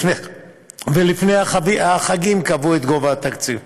ולפני החגים קבעו את גובה התקציב.